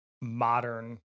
modern